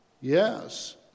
Yes